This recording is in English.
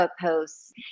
posts